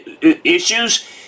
issues